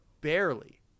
barely